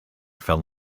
fell